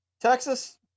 Texas